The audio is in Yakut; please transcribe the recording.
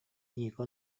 ника